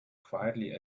quietly